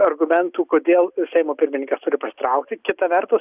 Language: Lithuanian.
argumentų kodėl seimo pirmininkas turi pasitraukti kita vertus